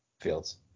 Fields